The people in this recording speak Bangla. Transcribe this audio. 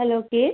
হ্যালো কে